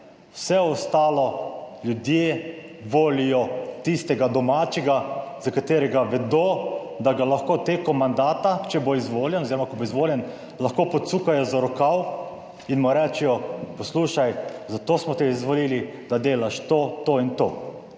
Vse ostalo, ljudje volijo, tistega domačega, za katerega vedo, da ga lahko tekom mandata, če bo izvoljen oziroma ko bo izvoljen, lahko pocukajo za rokav in mu rečejo: "Poslušaj, zato smo te izvolili, da delaš to, to in to."